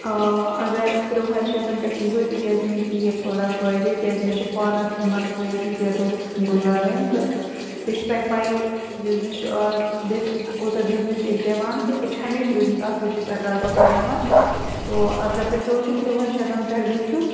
آ اَگر تُرٛوٗہن شیٚتَن پیٚٹھ یِیہِ ہوٗ تہِ کیٛازِ مےٚ تہِ یِیہِ ہے تھوڑا فٲیدٕ کیٛاز مےٚ چھُ پانَس یِمن سۭتۍ ییٖتاہ دۅہ گُزارٕنۍ تہٕ بیٚیہِ چھُ تۅہہِ پیٚیی بِزنِس چھُ اَز بیٚیہِ کوٗتاہ بِزنِس چھِ أسۍ دِوان تہٕ أسۍ چھِ ہَمیشہِ روٗدۍمٕتۍ اَکھ أکِس اَکار بَکار یِوان تو اگر تُہۍ سونٛچِو تُرٛوٗہَن شیٚتَن پیٚٹھ گٔژھِو